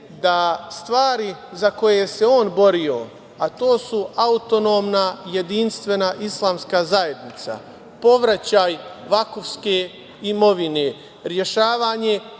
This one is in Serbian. da stvari za koje se on borio, a to su autonomna, jedinstvena islamska zajednica, povraćaj vakufske imovine, rešavanje